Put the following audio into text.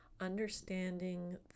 understanding